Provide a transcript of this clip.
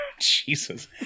Jesus